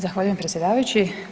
Zahvaljujem predsjedavajući.